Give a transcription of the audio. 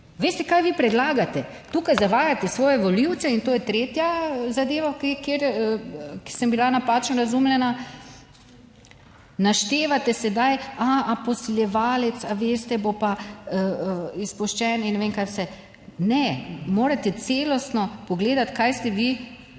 Veste kaj vi predlagate? Tukaj zavajate svoje volivce in to je tretja zadeva, kjer sem bila napačno razumljena, naštevate sedaj, a, posiljevalec, a veste, bo pa izpuščen in ne vem kaj vse. Ne, morate celostno pogledati kaj ste vi, kaj ste predlagali.